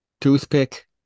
toothpick